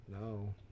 no